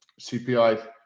CPI